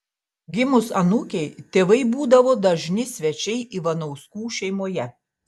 gimus anūkei tėvai būdavo dažni svečiai ivanauskų šeimoje